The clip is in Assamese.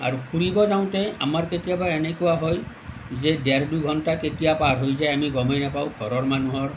আৰু ফুৰিব যাঁওতে আমাৰ কেতিয়াবা এনেকুৱা হয় যে ডেৰ দুঘণ্টা কেতিয়া পাৰ হৈ যায় আমি গমেই নেপাওঁ ঘৰৰ মানুহৰ